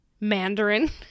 Mandarin